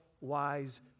wise